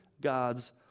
God's